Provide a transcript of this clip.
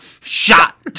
shot